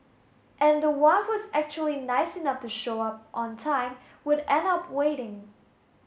and the one who's actually nice enough to show up on time would end up waiting